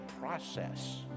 process